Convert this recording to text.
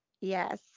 Yes